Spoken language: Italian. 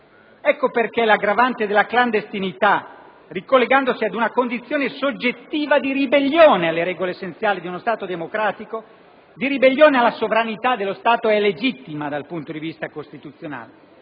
Ecco perché l'aggravante della clandestinità, ricollegandosi ad una condizione soggettiva di ribellione alle regole essenziali di un Stato democratico, di ribellione alla sovranità dello Stato, è legittima dal punto di vista costituzionale